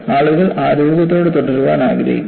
ആളുകൾ ആരോഗ്യത്തോടെ തുടരാൻ ആഗ്രഹിക്കുന്നു